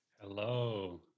Hello